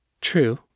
True